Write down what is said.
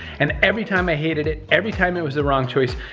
and every time i hated it, every time it was the wrong choice,